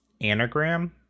anagram